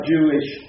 Jewish